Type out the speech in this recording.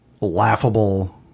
laughable